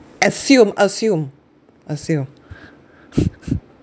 assume assume assume